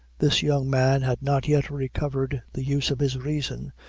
this young man had not yet recovered the use of his reason,